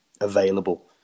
available